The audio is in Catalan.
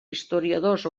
historiadors